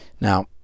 Now